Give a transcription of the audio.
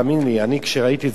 אני כשראיתי את זה לא האמנתי,